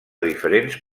diferents